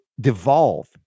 devolve